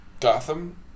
Gotham